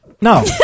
No